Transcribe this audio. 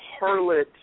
harlot